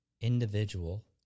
individual